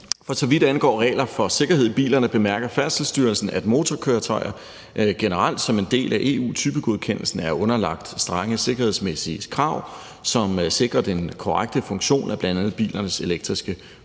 For så vidt angår regler for sikkerhed i bilerne bemærker Færdselsstyrelsen, at motorkøretøjer generelt som en del af EU-typegodkendelsen er underlagt strenge sikkerhedsmæssige krav, som sikrer den korrekte funktion af bl.a. bilernes elektriske komponenter.